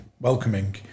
welcoming